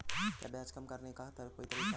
क्या ब्याज कम करने का कोई तरीका है?